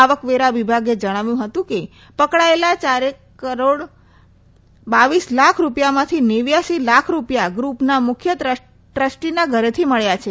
આવક વેરા વિભાગે જણાવ્યુ હતુ કે પકડાયેલા ચારક રોડ બાવીસ લાખ રૂપિયામાંથી નેવ્યાશી લાખ રુપિયા ગ્રુપના મુખ્ય ટ્રસ્ટીના ધરેથી મયા છે